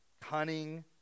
cunning